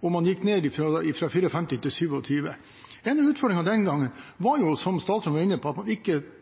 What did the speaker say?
da man gikk ned fra 54 til 27. En av utfordringene den gangen var, som statsråden var inne på, at Stortinget kanskje ikke